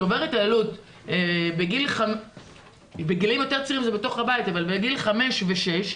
שעובר התעללות בגילאים יותר צעירים זה בתוך הבית אבל בגילאים 5 ו-6,